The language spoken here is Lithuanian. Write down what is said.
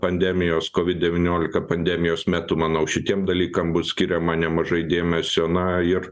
pandemijos covid devyniolika pandemijos metu manau šitiem dalykam bus skiriama nemažai dėmesio na ir